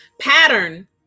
Pattern